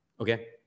Okay